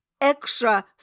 extra